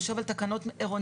יושב על תקנות עירוניות.